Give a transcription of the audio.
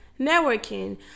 networking